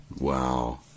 Wow